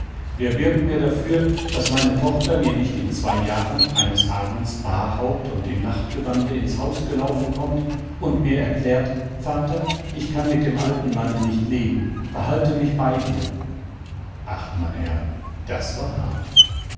wer bürgt mir dafür daß meine tochter mir nicht in zwei jahren eines abends barhaupt und im nachtgewande ins haus gelaufen kommt und mir erklärt vater ich kann mit dem alten manne nicht leben behalte mich bei dir ach meine herren das war hart